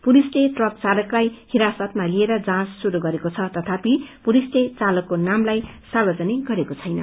पुलिसले ट्रक चालकलाई हिरासतमा लिएर जाँच शुरू गरेको छ तथापि पुलिसले चालकको नामलाई सार्वजनिक गरेको छैन